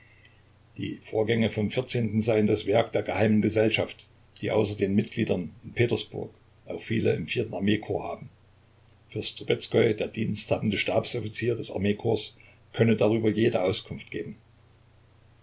die vorgänge vom vierzehnten seien das werk der geheimen gesellschaft die außer den mitgliedern in petersburg auch viele im armee haben fürst trubezkoi der diensthabende stabs offizier des armeekorps könne darüber jede auskunft geben